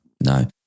No